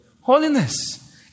Holiness